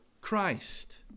Christ